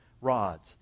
rods